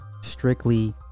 strictly